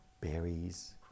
berries